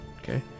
Okay